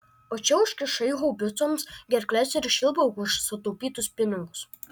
o čia užkišai haubicoms gerkles ir švilpauk už sutaupytus pinigus